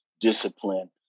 discipline